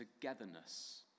togetherness